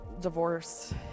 divorce